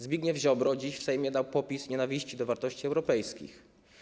Zbigniew Ziobro dziś w Sejmie dał popis nienawiści do wartości europejskich.